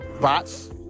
bots